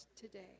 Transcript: today